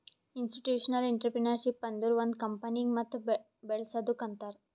institutional entrepreneurship ಅಂದುರ್ ಒಂದ್ ಕಂಪನಿಗ ಮತ್ ಬೇಳಸದ್ದುಕ್ ಅಂತಾರ್